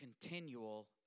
continual